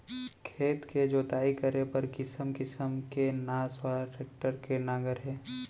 खेत के जोतई करे बर किसम किसम के नास वाला टेक्टर के नांगर हे